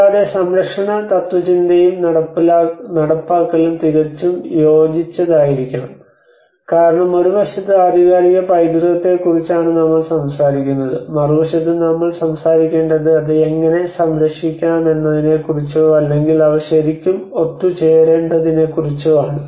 കൂടാതെ സംരക്ഷണ തത്ത്വചിന്തയും നടപ്പാക്കലും തികച്ചും യോജിച്ചതായിരിക്കണം കാരണം ഒരു വശത്ത് ആധികാരിക പൈതൃകത്തെക്കുറിച്ചാണ് നമ്മൾ സംസാരിക്കുന്നത് മറുവശത്ത് നമ്മൾ സംസാരിക്കേണ്ടത് അത് എങ്ങനെ സംരക്ഷിക്കാമെന്നതിനെക്കുറിച്ചോ അല്ലെങ്കിൽ അവ ശരിക്കും ഒത്തുചേരേണ്ടതിനെക്കുറിച്ചോ ആണ്